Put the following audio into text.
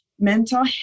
mental